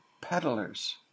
peddlers